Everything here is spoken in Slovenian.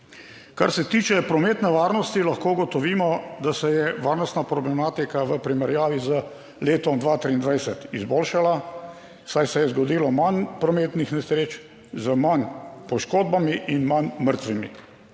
Kar se tiče prometne varnosti lahko ugotovimo, da se je varnostna problematika v primerjavi z letom 2023 izboljšala, saj se je zgodilo manj prometnih nesreč z manj poškodbami in manj mrtvimi.